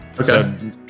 Okay